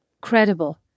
credible